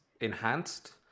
enhanced